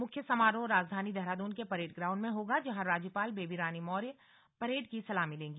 मुख्य समारोह राजधानी देहरादून के परेड ग्राउंड में होगा जहां राज्यपाल बेबी रानी मौर्य परेड की सलामी लेंगी